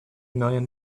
million